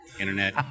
internet